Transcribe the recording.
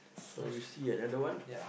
so we see another one